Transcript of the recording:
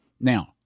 Now